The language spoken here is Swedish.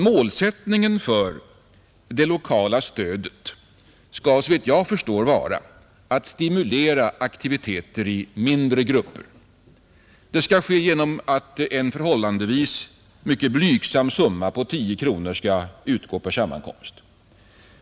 Målsättningen för det lokala stödet skall, såvitt jag förstår, vara att stimulera aktiviteter i mindre grupper. Det sker genom att en förhållandevis mycket blygsam summa på 10 kronor skall utgå per sammankomst.